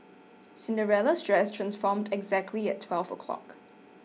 Cinderella's dress transformed exactly at twelve o'clock